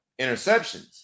interceptions